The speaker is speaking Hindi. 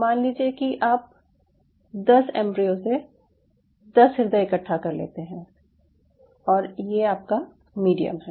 मान लीजिये कि आप 10 एम्ब्र्यो से 10 हृदय इकट्ठा कर लेते हैं और ये आपका मीडियम है